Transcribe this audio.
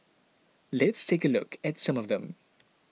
let's take a look at some of them